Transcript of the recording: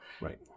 Right